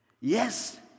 Yes